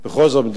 והוא לא